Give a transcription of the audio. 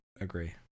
agree